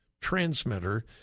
transmitter